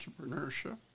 entrepreneurship